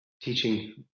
teaching